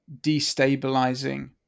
destabilizing